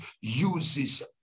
uses